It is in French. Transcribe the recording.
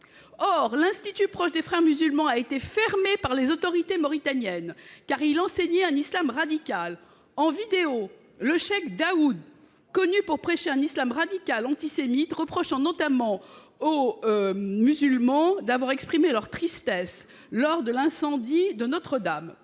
Or ce centre, proche des Frères musulmans, a été fermé par les autorités mauritaniennes, car il enseignait un islam radical. Lors d'une vidéoconférence, le cheikh Dedew, connu pour prêcher un islam radical, antisémite, a reproché aux musulmans d'avoir exprimé leur tristesse lors de l'incendie de Notre-Dame.